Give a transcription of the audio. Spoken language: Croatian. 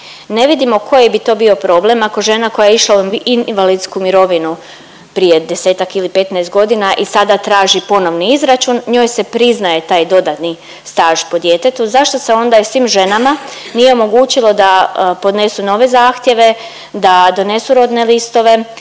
Ne vidimo koji bi to bio problem ako žena koja je išla u invalidsku mirovinu prije desetak ili 15 godina i sada traži ponovni izračun njoj se priznaje taj dodatni staž po djetetu, zašto se onda i svim ženama nije omogućilo da podnesu nove zahtjeve, da donesu rodne listove